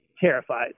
terrified